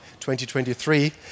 2023